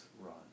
run